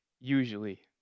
usually